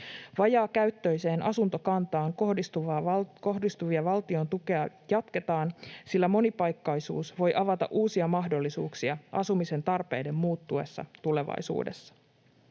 Vajaakäyttöiseen asuntokantaan kohdistuvia valtiontukia jatketaan, sillä monipaikkaisuus voi avata uusia mahdollisuuksia asumisen tarpeiden muuttuessa tulevaisuudessa.